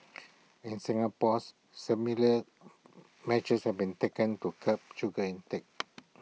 in Singapore similar measures have been taken to curb sugar intake